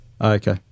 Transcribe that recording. Okay